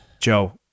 Joe